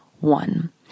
one